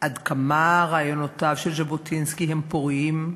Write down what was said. עד כמה רעיונותיו של ז'בוטינסקי הם פוריים,